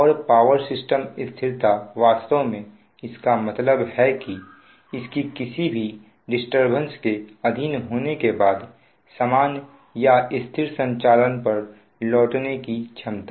और power system स्थिरता वास्तव में इसका मतलब है कि इसकी किसी भी डिस्टरबेंस के अधीन होने के बाद सामान्य या स्थिर संचालन पर लौटने की क्षमता